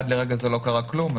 עד רגע זה לא קרה כלום.